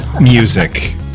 music